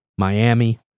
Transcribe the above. Miami